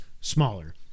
smaller